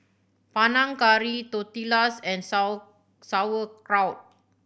Panang Curry Tortillas and Sauerkraut